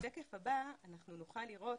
בשקף הבא אנחנו נוכל לראות,